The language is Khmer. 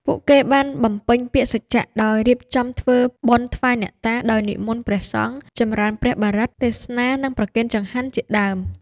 ពួកគេបានបំពេញពាក្យសច្ចៈដោយរៀបចំធ្វើបុណ្យថ្វាយអ្នកតា ដោយនិមន្តព្រះសង្ឃចម្រើនព្រះបរិត្ត ទេសនា និងប្រគេនចង្ហាន់ជាដើម ។